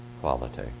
quality